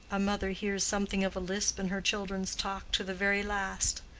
a mother hears something of a lisp in her children's talk to the very last.